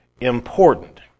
important